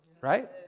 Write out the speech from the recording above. right